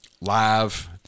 live –